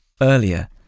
earlier